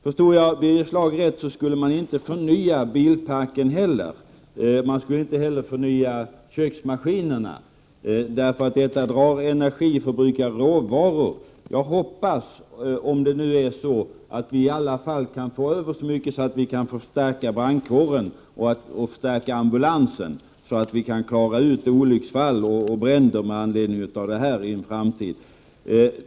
Förstod jag Birger Schlaug rätt skall man inte förnya bilparken och inte heller köksmaskinerna därför att det drar energi och förbrukar råvaror. Jag hoppas — om det nu blir så — att vi kan få över så mycket att vi kan förstärka brandkåren och ambulansen, så att vi kan klara av olycksfall och bränder som inträffar i en framtid med anledning av miljöpartiets förslag, om de genomförs.